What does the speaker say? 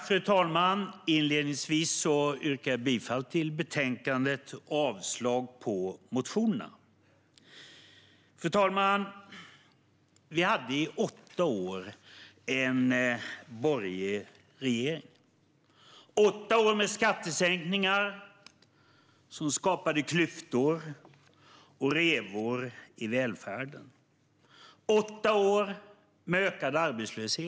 Fru talman! Jag yrkar bifall till utskottets förslag och avslag på reservationerna. Fru talman! I åtta år hade vi en borgerlig regering. Det var åtta år med skattesänkningar som skapade klyftor och revor i välfärden. Det var åtta år med ökad arbetslöshet.